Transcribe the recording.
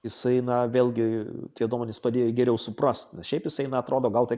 jisai na vėlgi tie duomenys padėjo jį geriau suprast šiaip jisai na atrodo gal tai